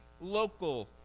local